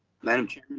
madam chair.